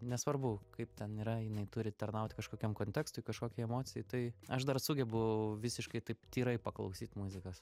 nesvarbu kaip ten yra jinai turi tarnauti kažkokiam kontekstui kažkokiai emocijai tai aš dar sugebu visiškai taip tyrai paklausyt muzikos